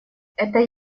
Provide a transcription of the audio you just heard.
это